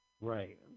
Right